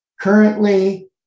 Currently